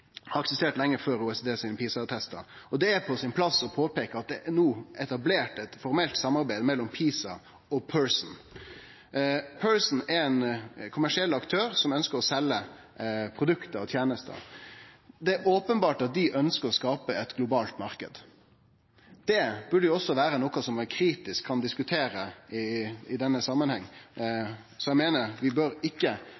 har eksistert lenge før PISA-testane til OECD, og det er på sin plass å påpeike at det no er etablert eit formelt samarbeid mellom PISA og Pearson. Pearson er ein kommersiell aktør som ønskjer å selje produkt og tenester. Det er openbert at dei ønskjer å skape ein global marknad. Det burde vere noko som ein kritisk kan diskutere i denne